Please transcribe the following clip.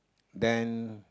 then